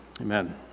Amen